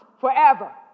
forever